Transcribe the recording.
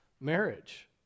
marriage